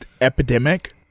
epidemic